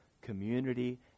community